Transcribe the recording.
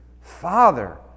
Father